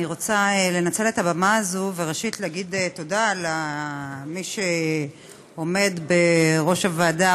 אני רוצה לנצל את הבמה הזאת וראשית להגיד תודה למי שעומד בראש הוועדה,